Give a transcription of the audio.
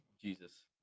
Jesus